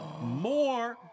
more